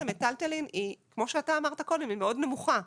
המיטלטלין היא כמו שאתה אמרת קודם ,היא מאוד נמוכה.